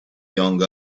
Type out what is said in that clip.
young